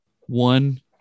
One